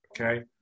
Okay